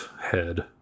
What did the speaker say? head